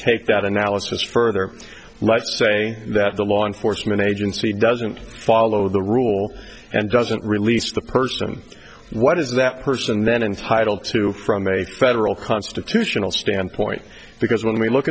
take that analysis further let's say that the law enforcement agency doesn't follow the rule and doesn't release the person what is that person then entitled to from a federal constitutional standpoint because when we look